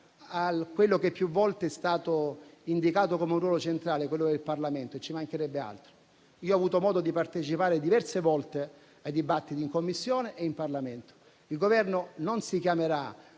a quello che più volte è stato indicato come un ruolo centrale, quello del Parlamento (e ci mancherebbe altro). Ho avuto modo di partecipare diverse volte ai dibattiti in Commissione e in Parlamento. Il Governo non si chiamerà